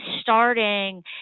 starting